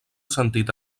sentit